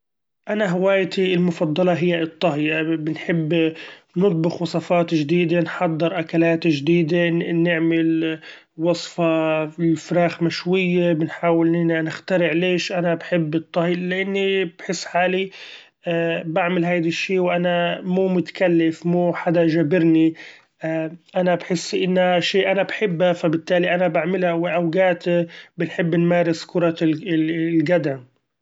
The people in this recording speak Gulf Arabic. أنا هوايتي المفضلة هي الطهي بنحب نطبخ وصفات چديدة نحضر اكلات چديدة ن- نعمل وصفة الفراخ مشوية، بنحأول إننا نخترع ليش أنا بحب الطهي؟ لإني بحس حالي بعمل هذي الشي وأنا مو متكلف مو حدا چابرني أنا بحس إنها شئ أنا بحبها، ف بالتالي أنا بعملها وأوقات بنحب نمارس كرة القدم.